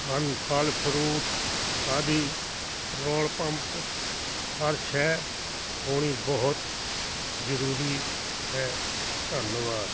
ਹਨ ਫਲ ਫਰੂਟ ਆਦਿ ਪਟਰੋਲ ਪੰਪ ਹਰ ਸ਼ੈਅ ਹੋਣੀ ਬਹੁਤ ਜ਼ਰੂਰੀ ਹੈ ਧੰਨਵਾਦ